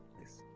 is